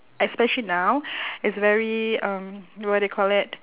especially now it's very um what they call it